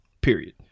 period